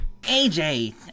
AJ